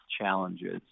challenges